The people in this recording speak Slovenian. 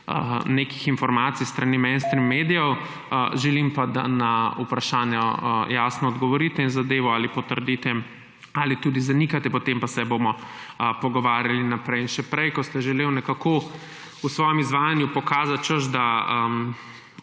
nekih informacij s strani mainstream medijev, želim pa, da na vprašanja jasno odgovorite in zadevo ali potrdite ali zanikate, potem pa se bomo pogovarjali naprej. In še prej, ker ste želeli nekako v svojem izvajanju pokazati, češ da